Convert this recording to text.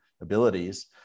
abilities